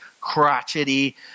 crotchety